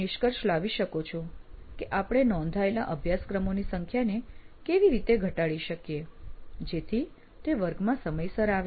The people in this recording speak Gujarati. આપ નિષ્કર્ષ લાવી શકો કે આપણે નોંધાયેલા અભ્યાસક્રમોની સંખ્યાને કેવી રીતે ઘટાડી શકીએ જેથી તે વર્ગમાં સમયસર આવે